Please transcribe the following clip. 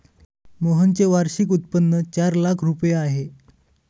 मोहनचे वार्षिक उत्पन्न चार लाख रुपये आहे